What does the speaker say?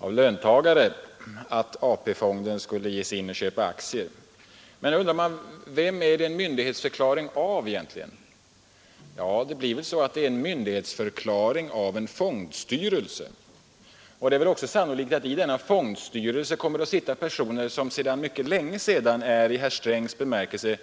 av löntagare att AP-fonderna skulle ge sig in och köpa aktier. Men vem är det en myndighetsförklaring av egentligen? Det är en myndighetsförklaring av en fondstyrelse, och det är sannolikt att det i denna fondstyrelse kommer att sitta personer som sedan mycket länge är myndighetsförklarade i herr Strängs bemärkelse.